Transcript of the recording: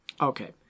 Okay